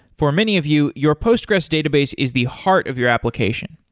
for many of you, your postgres database is the heart of your application.